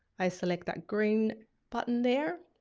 i select that green button there.